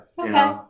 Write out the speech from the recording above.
Okay